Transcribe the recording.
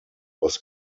was